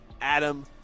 Adam